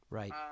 right